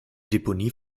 deponie